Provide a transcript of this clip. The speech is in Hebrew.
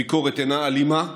הביקורת אינה אלימה,